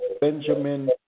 Benjamin